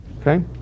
Okay